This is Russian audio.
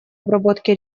обработки